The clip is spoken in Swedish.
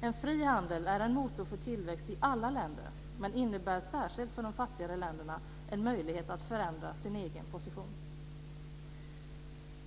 En fri handel är en motor för tillväxt i alla länder men innebär särskilt för de fattigare länderna en möjlighet att förändra den egna positionen.